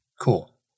cool